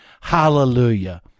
Hallelujah